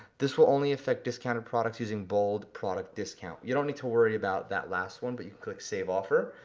this will only affect discounted products using bold product discount, you don't need to worry about that last one, but you can click save offer.